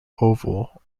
oval